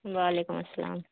و علیکم السلام